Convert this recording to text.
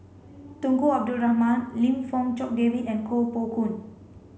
Tunku Abdul Rahman Lim Fong Jock David and Koh Poh Koon